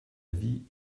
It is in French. vie